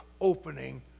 opening